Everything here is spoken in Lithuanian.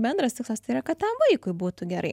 bendras tikslas tai yra kad tam vaikui būtų gerai